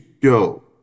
yo